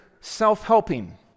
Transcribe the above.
self-helping